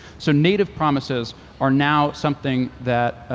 so native promises are now something that